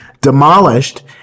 demolished